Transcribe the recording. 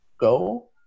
go